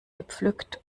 gepflückt